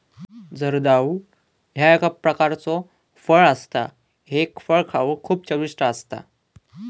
जर्दाळू ह्या एक प्रकारचो फळ असा हे फळ खाउक खूप चविष्ट असता